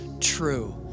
true